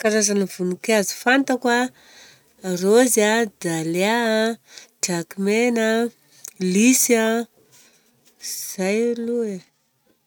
Karazana voninkazo fantako an: rose a, dalya, diakomen, lisy an. Zay aloha e!